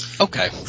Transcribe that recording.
Okay